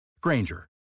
Granger